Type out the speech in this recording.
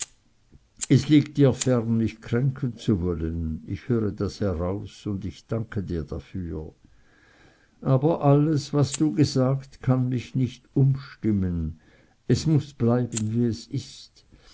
es liegt dir fern mich kränken zu wollen ich höre das heraus und ich danke dir dafür aber alles was du gesagt kann mich nicht umstimmen es muß bleiben wie es ist